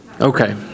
Okay